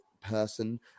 person